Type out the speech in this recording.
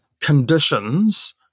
conditions